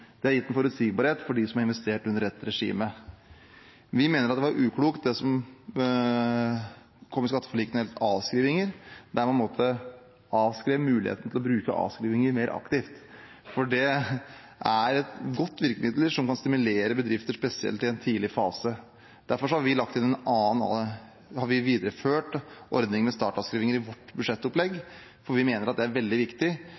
Det har gitt en forutsigbarhet for dem som har investert under dette regimet. Vi mener det var uklokt, det som kom i skatteforliket når det gjelder avskrivninger, der man – på en måte – avskrev muligheten til å bruke avskrivninger mer aktivt. Det er et godt virkemiddel, som kan stimulere bedrifter, spesielt i en tidlig fase. Derfor har vi videreført ordningen med startavskrivninger i vårt budsjettopplegg, for vi mener det er veldig viktig